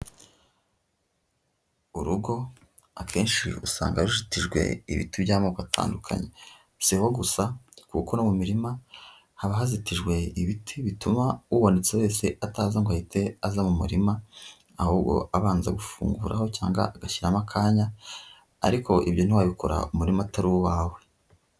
Urugo akenshi usanga ruzitijwe ibiti by'amoko atandukanye, siho gusa kuko no mu mirima haba hazitijwe ibiti bituma ubonetse wese ataza ngo ahite aza mu murima, ahubwo abanza gufunguraho cyangwa agashyiramo akanya, ariko ibyo ntiwabikora umurima atari uwawe.